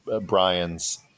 Brian's